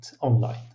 online